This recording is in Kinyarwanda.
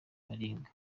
baringa